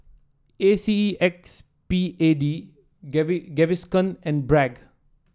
A C E X P A D Gaviscon and Bragg